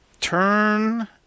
Turn